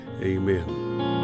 Amen